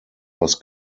was